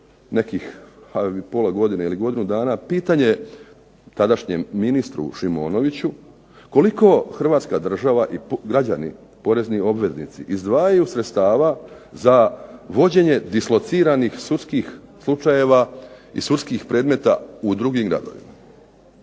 nekih pola godine ili godinu dana pitanje tadašnjem ministru Šimonoviću koliko Hrvatska država i građani, porezni obveznici izdvajaju sredstava za vođenje disclociranih sudskih slučajeva i sudskih predmeta u drugim gradovima.